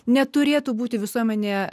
neturėtų būti visuomenėje